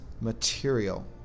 Material